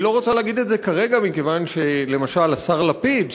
היא לא רוצה להגיד את זה כרגע מכיוון שלמשל שהשר לפיד,